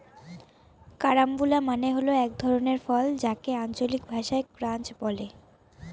carambola মানে হল এক ধরনের ফল যাকে আঞ্চলিক ভাষায় ক্রাঞ্চ বলে